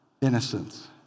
innocence